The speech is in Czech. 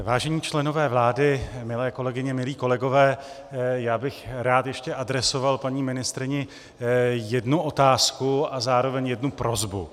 Vážení členové vlády, milé kolegyně, milí kolegové, rád bych ještě adresoval paní ministryni jednu otázku a zároveň jednu prosbu.